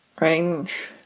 range